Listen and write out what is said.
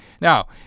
now